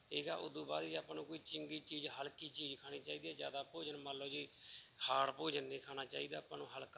ਠੀਕ ਆ ਉਸ ਤੋਂ ਬਾਅਦ ਜੀ ਆਪਾਂ ਨੂੰ ਕੋਈ ਚੰਗੀ ਚੀਜ਼ ਹਲਕੀ ਚੀਜ਼ ਖਾਣੀ ਚਾਹੀਦੀ ਜ਼ਿਆਦਾ ਭੋਜਨ ਮੰਨ ਲਓ ਜੀ ਹਾਰਡ ਭੋਜਨ ਨਹੀਂ ਖਾਣਾ ਚਾਹੀਦਾ ਆਪਾਂ ਨੂੰ ਹਲਕਾ